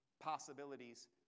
possibilities